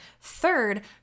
third